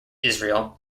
israel